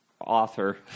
author